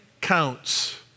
counts